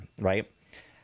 Right